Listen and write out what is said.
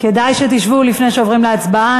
כדאי שתשבו, לפני שעוברים להצבעה.